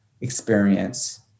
experience